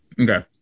Okay